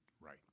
Right